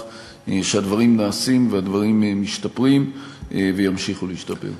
שהדברים נעשים והדברים משתפרים וימשיכו להשתפר.